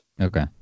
Okay